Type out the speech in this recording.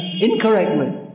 incorrectly